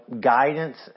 guidance